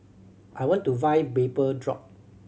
I want to buy Vapodrop